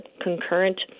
concurrent